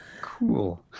cool